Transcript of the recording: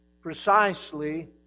precisely